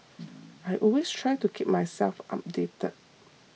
I always try to keep myself updated